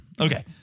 Okay